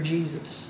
Jesus